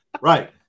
Right